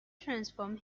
transform